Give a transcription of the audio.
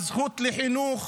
הזכות לחינוך,